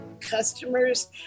customers